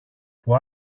που